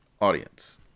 audience